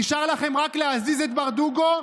נשאר לכם רק להזיז את ברדוגו,